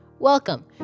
Welcome